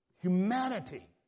Humanity